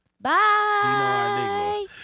Bye